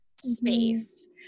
space